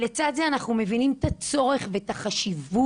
לצד זה אנחנו מבינים את הצורך ואת החשיבות